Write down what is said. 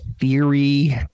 theory